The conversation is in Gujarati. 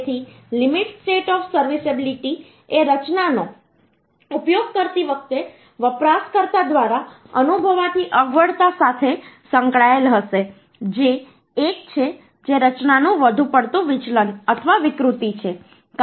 તેથી લિમિટ સ્ટેટ ઓફ સર્વિસિબિલિટી એ રચનાનો ઉપયોગ કરતી વખતે વપરાશકર્તા દ્વારા અનુભવાતી અગવડતા સાથે સંકળાયેલ હશે જે એક છે જે રચનાનું વધુ પડતું વિચલન અથવા વિકૃતિ છે